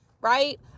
right